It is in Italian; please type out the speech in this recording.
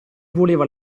voleva